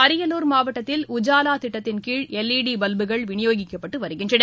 அரியலூர் மாவட்டத்தில் உஜாலா திட்டத்தின் கீழ் எல்ஈடி பல்புகள் விநியோகிக்கப்பட்டு வருகின்றன